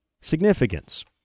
significance